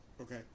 Okay